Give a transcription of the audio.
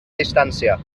distància